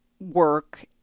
work